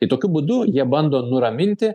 tai tokiu būdu jie bando nuraminti